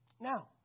Now